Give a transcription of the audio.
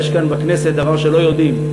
אבל יש כאן בכנסת דבר שלא יודעים,